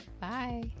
Bye